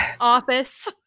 office